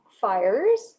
fires